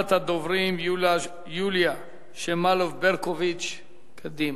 ראשונת הדוברים, יוליה שמאלוב-ברקוביץ מקדימה,